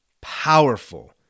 powerful